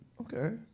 Okay